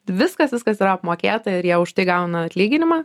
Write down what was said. viskas viskas yra apmokėta ir jie už tai gauna atlyginimą